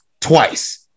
Twice